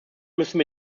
müssen